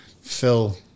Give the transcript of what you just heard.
Phil